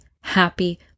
happy